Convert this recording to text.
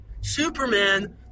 superman